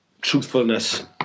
truthfulness